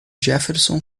jefferson